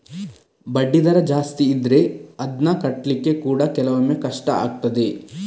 ಬಡ್ಡಿ ದರ ಜಾಸ್ತಿ ಇದ್ರೆ ಅದ್ನ ಕಟ್ಲಿಕ್ಕೆ ಕೂಡಾ ಕೆಲವೊಮ್ಮೆ ಕಷ್ಟ ಆಗ್ತದೆ